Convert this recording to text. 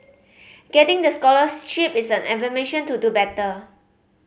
getting the scholarship is an affirmation to do better